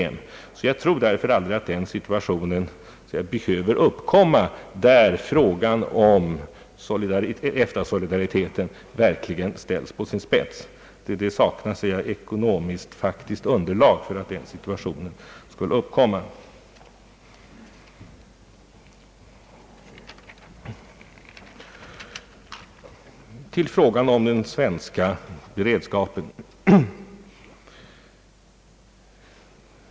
Jag tror därför aldrig att den si tuationen behöver uppkomma där frågan om EFTA-solidariteten verkligen ställs på sin spets. Det saknas ekonomiskt-faktiskt underlag för att den situationen skall uppkomma. Låt oss övergå till frågan om den svenska beredskapen.